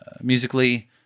Musically